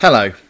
Hello